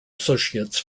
associates